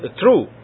true